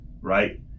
right